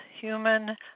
human